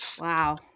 Wow